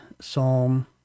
Psalm